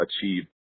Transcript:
achieve